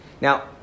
now